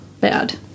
bad